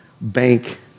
bank